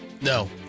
No